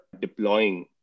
deploying